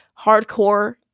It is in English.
hardcore